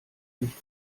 nicht